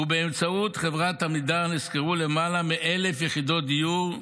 ובאמצעות חברת עמידר נשכרו למעלה מ-1,000 יחידות דיור,